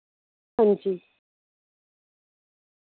हां जी